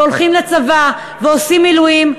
הולכים לצבא ועושים מילואים,